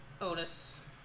Otis